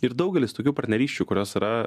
ir daugelis tokių partnerysčių kurios yra